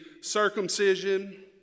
circumcision